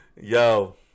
Yo